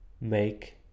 make